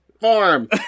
farm